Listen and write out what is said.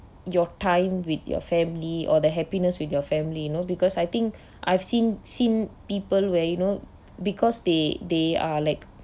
your time with your family or the happiness with your family you know because I think I've seen seen people where you know because they they are like